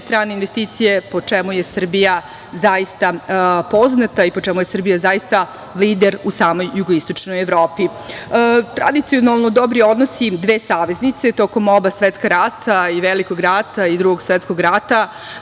strane investicije po čemu je Srbija zaista poznata i po čemu je Srbija zaista lider u samoj Jugoistočnoj Evropi. Tradicionalno dobri odnosi dve saveznice tokom oba svetska rata i Velikog rata i Drugog svetskog rata